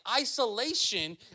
isolation